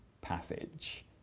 passage